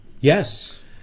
yes